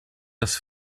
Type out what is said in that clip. das